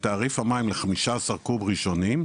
בתעריף המים ל- 15 קוב הראשונים,